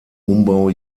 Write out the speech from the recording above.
umbau